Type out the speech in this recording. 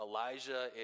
Elijah